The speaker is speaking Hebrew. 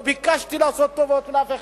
לא ביקשתי לעשות טובות לאף אחד,